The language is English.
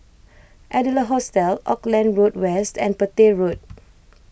Adler Hostel Auckland Road West and Petir Road